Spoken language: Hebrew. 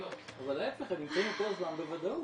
אבל להיפך, הם נמצאים יותר זמן בוודאות.